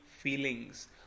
feelings